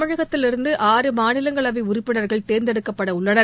தமிழகத்திலிருந்து ஆற மாநிலங்களவை உறுப்பினர்கள் தேர்ந்தெடுக்கப்பட உள்ளனர்